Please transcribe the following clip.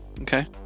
Okay